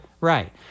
right